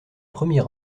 premier